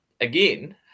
Again